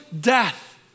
death